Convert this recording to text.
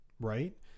Right